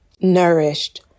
nourished